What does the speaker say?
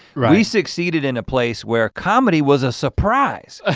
right? we succeeded in a place where comedy was a surprise. ah